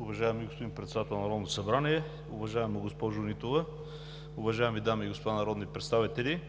Уважаеми господин Председател на Народното събрание, уважаема госпожо Нитова, уважаеми дами и господа народни представители!